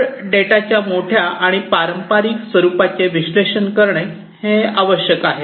तर डेटाच्या मोठ्या आणि पारंपारिक स्वरूपाचे विश्लेषण करणे आवश्यक आहे